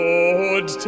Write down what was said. Lord